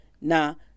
now